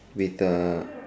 with a